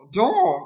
door